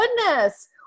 goodness